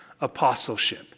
apostleship